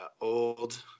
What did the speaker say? old